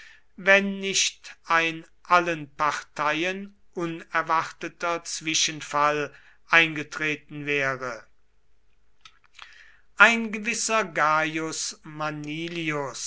wenn nicht ein allen parteien unerwarteter zwischenfall eingetreten wäre ein gewisser gaius